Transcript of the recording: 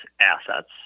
assets